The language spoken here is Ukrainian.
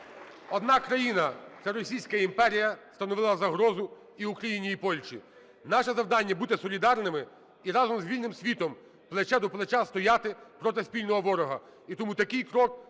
одна країна – це Російська імперія – становила загрозу і Україні, і Польщі. Наше завдання – бути солідарними і разом з вільним світом плече до плеча стояти проти спільного ворога.